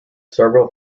several